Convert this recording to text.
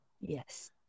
Yes